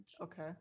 okay